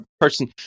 person